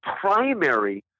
primary